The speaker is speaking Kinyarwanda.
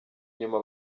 nyuma